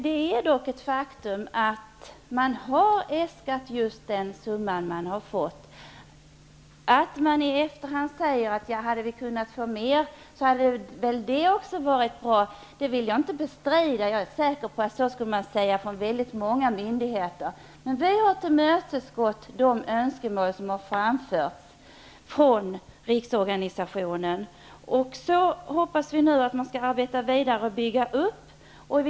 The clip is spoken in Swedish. Det är emellertid ett faktum att man har äskat just den summan man har fått. Att man i efterhand säger att om man hade kunnat få mer hade väl det också varit bra, vill jag inte bestrida. Jag är säker på att man skulle säga så på väldigt många myndigheter. Vi har tillmötesgått de önskemål som har framställts från riksorganisationen. Vi hoppas nu att man skall arbeta vidare och bygga upp verksamheten.